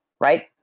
right